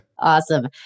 Awesome